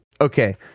Okay